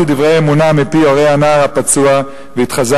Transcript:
דברי אמונה מפי הורי הנער הפצוע והתחזקנו.